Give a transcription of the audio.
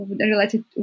related